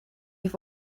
have